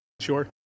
sure